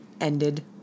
ended